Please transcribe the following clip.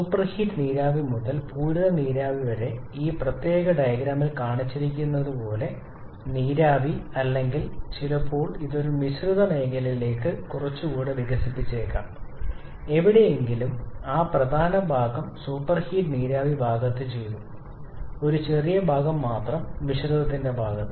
superheat നീരാവി മുതൽ പൂരിത നീരാവി വരെ ഈ പ്രത്യേക ഡയഗ്രാമിൽ കാണിച്ചിരിക്കുന്നതുപോലെ നീരാവി അല്ലെങ്കിൽ ചിലപ്പോൾ ഇത് ഒരു മിശ്രിത മേഖലയിലേക്ക് കുറച്ചുകൂടി വികസിപ്പിച്ചേക്കാം എവിടെയെങ്കിലും ആ പ്രധാന ഭാഗം സൂപ്പർഹീറ്റ്നീരാവി ഭാഗത്ത് ചെയ്തു ഒരു ചെറിയ ഭാഗം മാത്രം മിശ്രിതത്തിന്റെ ഭാഗത്ത്